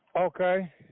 Okay